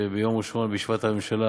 שבישיבת הממשלה